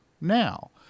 now